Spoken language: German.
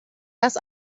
das